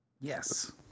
Yes